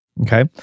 Okay